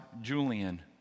Julian